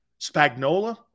Spagnola